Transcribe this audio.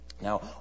Now